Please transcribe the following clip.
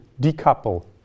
decouple